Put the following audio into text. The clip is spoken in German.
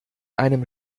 einem